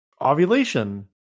ovulation